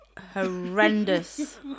horrendous